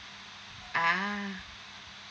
ah